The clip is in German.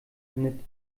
landet